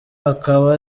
akaba